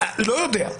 לא יודע.